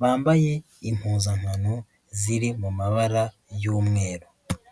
bambaye impuzankano ziri mu mabara y'umweru.